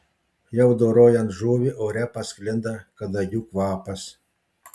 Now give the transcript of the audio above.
jau dorojant žuvį ore pasklinda kadagių kvapas